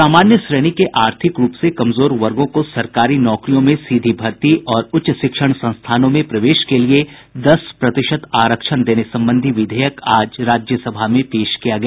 सामान्य श्रेणी के आर्थिक रूप से कमजोर वर्गों को सरकारी नौकरियों में सीधी भर्ती और उच्च शिक्षण संस्थानों में प्रवेश के लिए दस प्रतिशत आरक्षण देने संबंधी विधेयक आज राज्यसभा में पेश किया गया